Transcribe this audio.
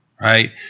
right